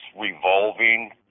revolving